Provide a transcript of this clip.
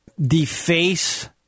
deface